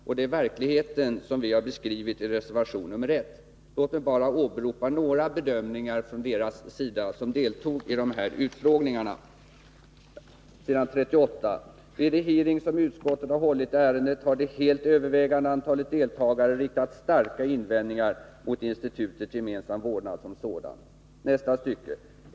Och det är verkligheten vi har beskrivit i reservation nr 1. Låt mig bara åberopa några bedömningar från deras sida som deltog i utfrågningarna. I reservationen säger vi: ”Vid de hearings som utskottet har hållit i ärendet har det helt övervägande antalet deltagare riktat starka invändningar mot institutet gemensam vårdnad som sådant.